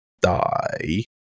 die